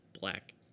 black